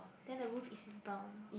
then the roof is in brown